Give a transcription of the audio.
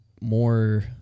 more